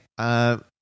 Okay